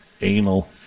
Anal